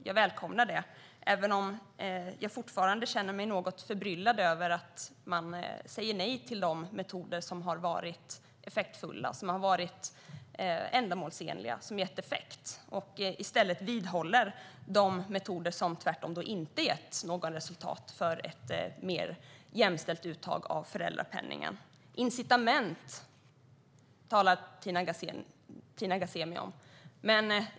Jag välkomnar det även om jag fortfarande känner mig något förbryllad över att man säger nej till de metoder som har varit effektfulla och ändamålsenliga, som har gett effekt, och i stället vidhåller de metoder som tvärtom inte har gett effekt för ett mer jämställt uttag av föräldrapenningen. Incitament, talar Tina Ghasemi om.